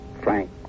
Frank